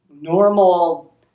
normal